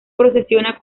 procesiona